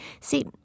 See